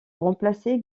remplacé